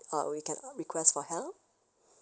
uh we can uh request for help